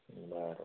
बर